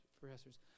professors